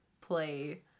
play